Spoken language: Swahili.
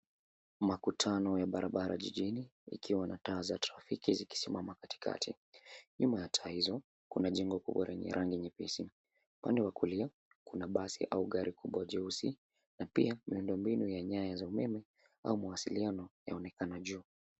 Makutano ya barabara jijini ikiwa na taa za trafiki zikisimama katikati, nyuma ya taa hizo kuna jengo kubwa lenye rangi nyepesi. Upande wa kulia kuna basi au gari kubwa jeusi na pia mindo mbinu wa nyaya za umeme au mawasiliano yaonekana juu.